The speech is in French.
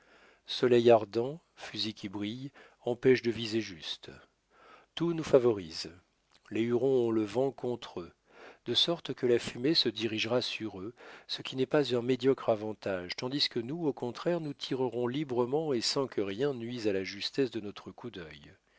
soleil ardent fusil qui brille empêchent de viser juste tout nous favorise les hurons ont le vent contre eux de sorte que la fumée se dirigera sur eux ce qui n'est pas un médiocre avantage tandis que nous au contraire nous tirerons librement et sans que rien nuise à la justesse de notre coup d'œil